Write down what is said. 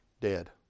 dead